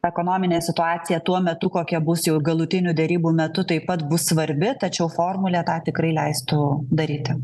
ekonomine situacija tuo metu kokia bus jau galutinių derybų metu taip pat bus svarbi tačiau formulė tą tikrai leistų daryti